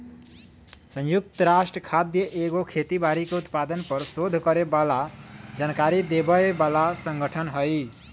संयुक्त राष्ट्र खाद्य एगो खेती बाड़ी के उत्पादन पर सोध करे बला जानकारी देबय बला सँगठन हइ